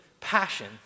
passion